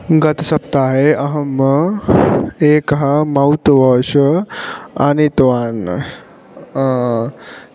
गतसप्ताहे अहम् एकः मौत् वाश् आनीत्वान्